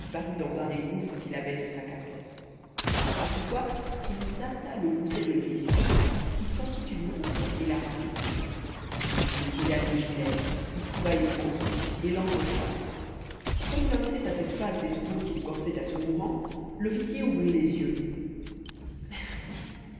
dans un des gouffres qu'il avait sous sa capote après quoi il tâta le gousset de l'officier y sentit une montre et la prit puis il fouilla le gilet y trouva une bourse et l'empocha comme il en était à cette phase des secours qu'il portait à ce mourant l'officier ouvrit les yeux merci